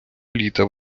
літа